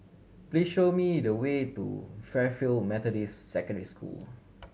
please show me the way to Fairfield Methodist Secondary School